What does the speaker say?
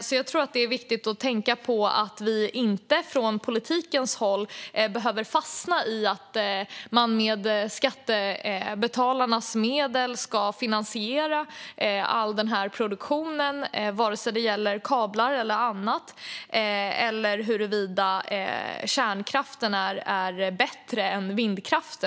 Jag tror alltså att det är viktigt att tänka på att vi inte från politikens håll bör fastna i att man med skattebetalarnas medel ska finansiera all denna produktion, oavsett om det gäller kablar eller annat, eller frågan om kärnkraft är bättre än vindkraft.